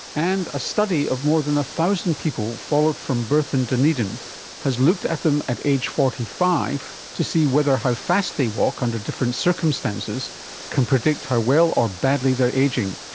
and a study of more than one thousand people followed from birth in dunedin has looked at them at age forty five to see whether how fast they walk under different circumstances can predict how well or badly they are ageing.